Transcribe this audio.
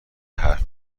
حرف